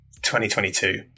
2022